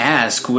ask